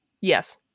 Yes